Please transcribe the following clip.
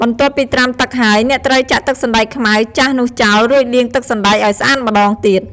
បន្ទាប់ពីត្រាំទឹកហើយ អ្នកត្រូវចាក់ទឹកសណ្ដែកខ្មៅចាស់នោះចោល រួចលាងទឹកសណ្ដែកឱ្យស្អាតម្ដងទៀត។